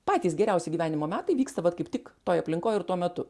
patys geriausi gyvenimo metai vyksta vat kaip tik toj aplinkoj ir tuo metu